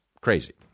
crazy